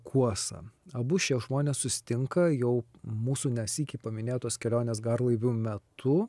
kuosa abu šie žmonės susitinka jau mūsų ne sykį paminėtos kelionės garlaiviu metu